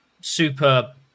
super